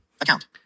Account